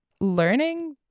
learning